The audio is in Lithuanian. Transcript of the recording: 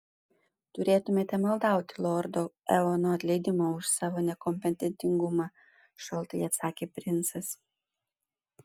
turėtumėte maldauti lordo eono atleidimo už savo nekompetentingumą šaltai atsakė princas